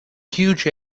huge